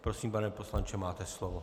Prosím, pane poslanče, máte slovo.